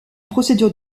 procédure